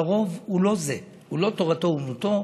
אבל הרוב הוא לא זה, הוא לא בתורתו אומנותו,